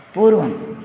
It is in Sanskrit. पूर्वम्